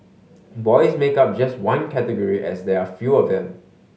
boys make up just one category as there are fewer of them